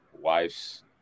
wife's